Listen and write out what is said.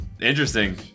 Interesting